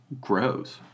grows